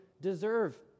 deserve